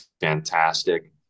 fantastic